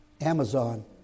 Amazon